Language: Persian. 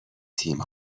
تیم